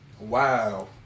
Wow